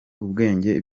ubwenge